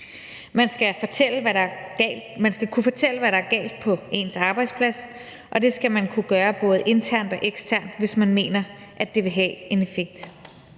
Man skal kunne fortælle, hvad der er galt på ens arbejdsplads, og det skal man kunne gøre både internt og eksternt, hvis man mener, at det vil have en effekt.